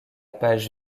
page